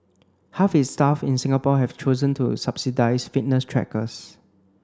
half its staff in Singapore have chosen to subsidised fitness trackers